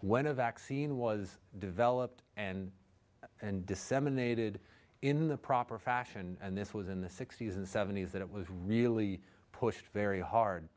when a vaccine was developed and and disseminated in the proper fashion and this was in the sixty's and seventy's that it was really pushed very hard